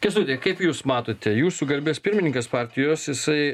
kęstuti kaip jūs matote jūsų garbės pirmininkas partijos jisai